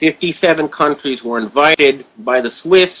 fifty seven countries were invited by the swiss